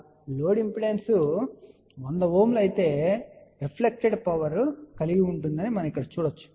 కాబట్టి load impedance 100 Ω అయితే ఇది రిప్లైక్టెడ్ పవర్ కలిగి ఉంటుంది అని మనం ఇక్కడ చూడవచ్చు